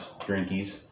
drinkies